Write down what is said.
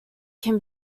can